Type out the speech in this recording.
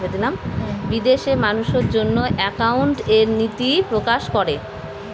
বিদেশে মানুষের জন্য একাউন্টিং এর নীতি প্রকাশ করে